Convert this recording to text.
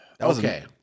Okay